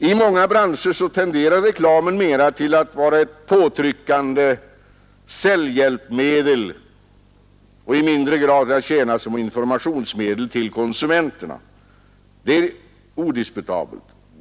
I många branscher tenderar reklamen mera till att vara ett påtryckande säljhjälpmedel och i mindre grad till att tjäna som informationsmedel till konsumenterna. Detta är odiskutabelt.